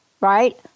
right